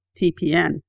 TPN